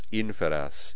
inferas